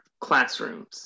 classrooms